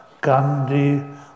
Gandhi